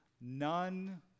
none